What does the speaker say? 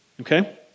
Okay